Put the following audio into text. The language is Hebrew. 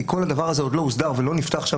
כי כל הדבר הזה עוד לא הוסדר ולא נפתח שם